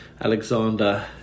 Alexander